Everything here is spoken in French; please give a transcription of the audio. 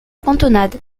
cantonade